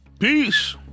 Peace